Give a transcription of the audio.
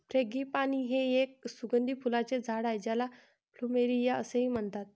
frangipani हे एक सुगंधी फुलांचे झाड आहे ज्याला प्लुमेरिया असेही म्हणतात